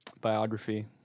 biography